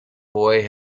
boy